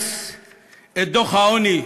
לאמץ את דוח העוני,